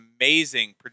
amazing